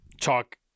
talk